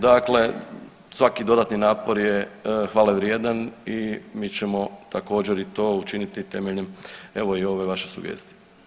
Dakle, svaki dodatni napor je hvalevrijedan i mi ćemo također i to učiniti temeljem evo i ove vaše sugestije.